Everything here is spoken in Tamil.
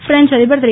பிரெஞ்ச் அதிபர் திரு